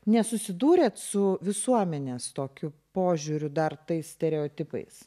nesusidūrėt su visuomenės tokiu požiūriu dar tais stereotipais